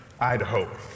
Idaho